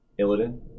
Illidan